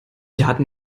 daten